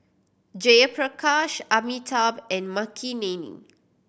Jayaprakash Amitabh and Makineni